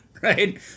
Right